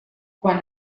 quan